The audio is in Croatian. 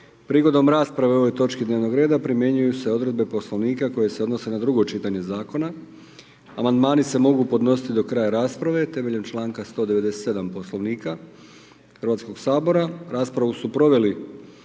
Prigodom rasprave o ovoj točki dnevnog reda primjenjuju se odredbe Poslovnika koje se odnose na drugo čitanje Zakona, amandmani se mogu podnositi do kraja rasprave temeljem čl. 197. Poslovnika HS-a. Raspravu su proveli